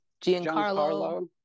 Giancarlo